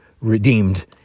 redeemed